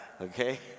okay